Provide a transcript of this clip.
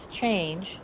change